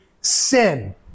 sin